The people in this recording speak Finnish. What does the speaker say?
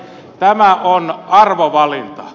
tämä on arvovalinta